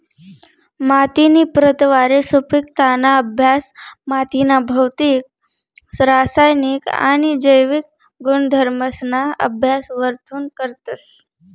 मातीनी प्रतवारी, सुपिकताना अभ्यास मातीना भौतिक, रासायनिक आणि जैविक गुणधर्मसना अभ्यास वरथून करतस